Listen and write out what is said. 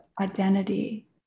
identity